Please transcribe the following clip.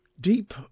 deep